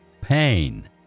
pain